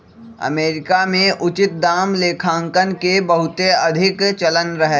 America में उचित दाम लेखांकन के बहुते अधिक चलन रहै